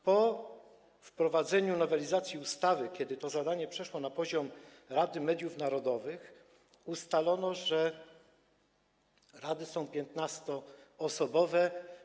Po wprowadzeniu nowelizacji ustawy, kiedy to zadanie przeszło na poziom Rady Mediów Narodowych, ustalono, że rady są 15-osobowe.